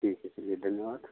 ठीक है चलिए धन्यवाद